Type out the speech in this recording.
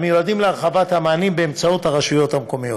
המיועדים להרחבת המענים באמצעות הרשויות המקומיות.